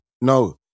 no